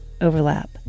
overlap